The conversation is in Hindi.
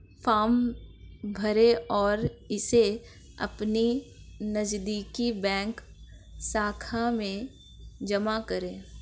फॉर्म भरें और इसे अपनी नजदीकी बैंक शाखा में जमा करें